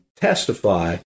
testify